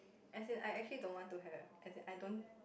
as in I actually don't want to have as in I don't